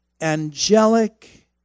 Angelic